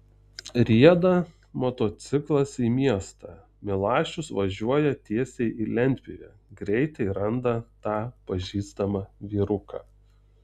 rieda motociklas į miestą milašius važiuoja tiesiai į lentpjūvę greitai randa tą pažįstamą vyruką